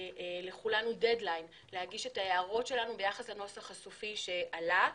לכולנו היה דד-ליין להגיש את ההערות שלנו ביחס לנוסח הסופי שעלה.